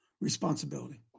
responsibility